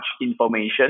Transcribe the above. information